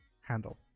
handle